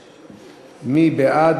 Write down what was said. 6. מי בעד?